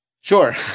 Sure